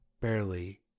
barely